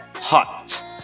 hot